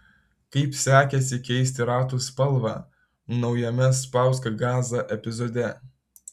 kaip sekėsi keisti ratų spalvą naujame spausk gazą epizode